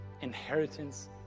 inheritance